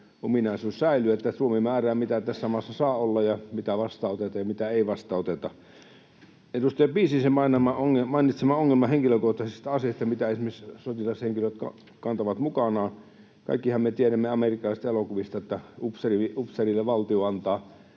ominaisuus säilyy, että Suomi määrää, mitä tässä maassa saa olla ja mitä vastaanotetaan ja mitä ei vastaanoteta. Edustaja Piisinen mainitsi ongelman henkilökohtaisesta aseesta, mitä esimerkiksi sotilashenkilöt kantavat mukanaan — kaikkihan me tiedämme amerikkalaisista elokuvista, että upseerille valtio antaa